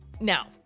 Now